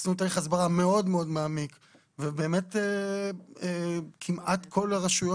עשינו תהליך הסברה מאוד מאוד מעמיק ובאמת כמעט כל הרשוית